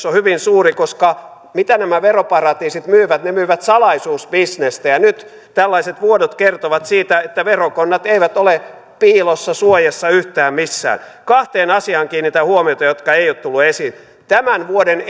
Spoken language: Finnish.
on hyvin suuri koska mitä nämä veroparatiisit myyvät ne myyvät salaisuusbisnestä ja nyt tällaiset vuodot kertovat siitä että verokonnat eivät ole piilossa suojassa yhtään missään kiinnitän huomiota kahteen asiaan jotka eivät ole tulleet esiin tämän vuoden